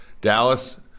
Dallas